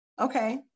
Okay